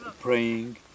praying